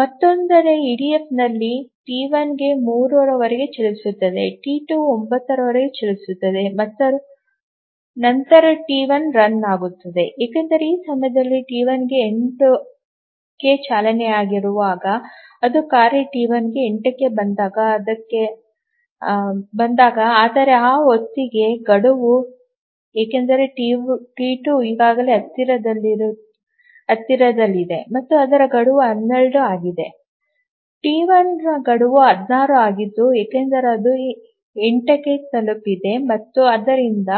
ಮತ್ತೊಂದೆಡೆ ಇಡಿಎಫ್ನಲ್ಲಿ ಟಿ 1 3 ರವರೆಗೆ ಚಲಿಸುತ್ತದೆ ಟಿ 2 9 ರವರೆಗೆ ಚಲಿಸುತ್ತದೆ ಮತ್ತು ನಂತರ ಟಿ 1 ರನ್ ಆಗುತ್ತದೆ ಏಕೆಂದರೆ ಈ ಸಮಯದಲ್ಲಿ ಟಿ 1 8 ಕ್ಕೆ ಚಾಲನೆಯಲ್ಲಿರುವಾಗ ಮತ್ತು ಕಾರ್ಯ ಟಿ 1 8 ಕ್ಕೆ ಬಂದಾಗ ಆದರೆ ಆ ಹೊತ್ತಿಗೆ ಗಡುವು ಏಕೆಂದರೆ ಟಿ 2 ಈಗಾಗಲೇ ಹತ್ತಿರದಲ್ಲಿದೆ ಮತ್ತು ಅದರ ಗಡುವು 12 ಆಗಿದ್ದರೆ ಟಿ 1 ರ ಗಡುವು 16 ಆಗಿದ್ದು ಏಕೆಂದರೆ ಅದು 8 ಕ್ಕೆ ತಲುಪಿದೆ ಮತ್ತು ಆದ್ದರಿಂದ